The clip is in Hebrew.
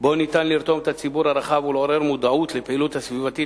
שבו אפשר לרתום את הציבור הרחב ולעורר מודעות לפעילות הסביבתית,